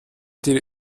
die